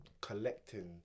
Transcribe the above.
collecting